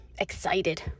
excited